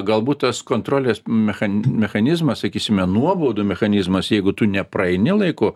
galbūt tas kontrolės mecha mechanizmas sakysime nuobaudų mechanizmas jeigu tu nepraeini laiku